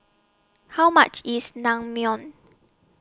How much IS Naengmyeon